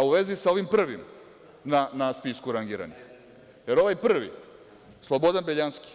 U vezi sa ovim prvim na spisku rangiranih, jer ovaj prvi, Slobodan Beljanski,